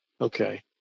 Okay